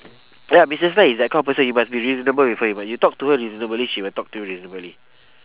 ya missus lai is that kind of person you must be reasonable with her you m~ you talk to her reasonably she will talk to you reasonably